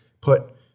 put